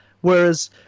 Whereas